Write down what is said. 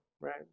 right